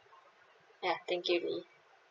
ya thank you lily